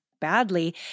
badly